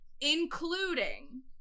including